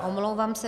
Omlouvám se.